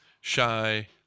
Shy